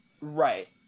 right